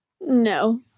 No